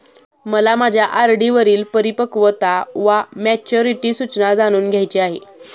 मला माझ्या आर.डी वरील परिपक्वता वा मॅच्युरिटी सूचना जाणून घ्यायची आहे